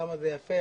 כמה זה יפה,